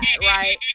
right